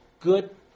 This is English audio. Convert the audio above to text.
Good